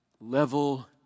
level